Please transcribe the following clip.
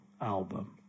album